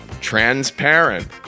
transparent